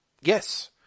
Yes